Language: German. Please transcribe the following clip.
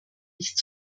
nicht